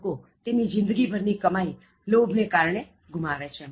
લોકો તેમની જીંદગી ભર ની કમાઇ લોભ ને કારણે ગુમાવે છે